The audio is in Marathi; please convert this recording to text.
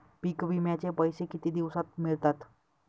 पीक विम्याचे पैसे किती दिवसात मिळतात?